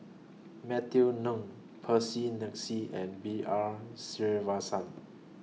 Matthew Ngui Percy Mcneice and B R Sreenivasan